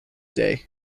day